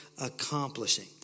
accomplishing